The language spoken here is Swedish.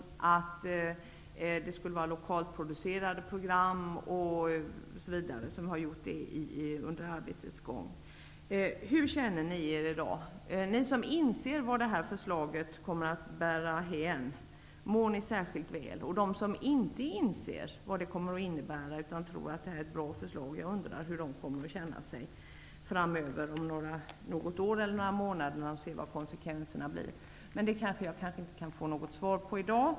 Radioprogrammen skulle ju vara lokalt producerade, osv. Hur känner ni i Centerpartiet er i dag, ni som inser vart förslaget bär hän? Mår ni särskilt väl? Jag undrar också hur ni, som inte inser vad förslaget kommer att innebära, utan som tror att förslaget är bra, kommer att känna er om några månader eller om några år när ni ser konsekvenserna. Men det kanske jag inte kan få något svar på i dag.